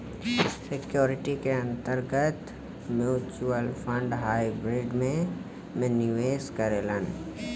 securities के अंतर्गत mutual fund hybrid में में निवेश करेलन